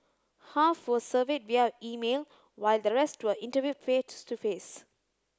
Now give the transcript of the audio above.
half were surveyed via email while the rest were interviewed face to face